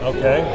Okay